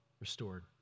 restored